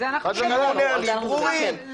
שיהיו נהלים ברורים.